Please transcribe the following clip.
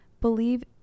believe